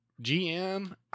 GM